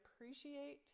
appreciate